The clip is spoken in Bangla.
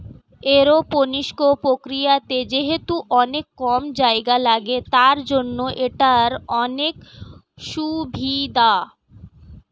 এরওপনিক্স প্রক্রিয়াতে যেহেতু অনেক কম জায়গা লাগে, তার জন্য এটার অনেক সুভিধা